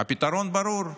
והפתרון ברור: